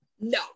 No